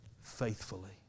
faithfully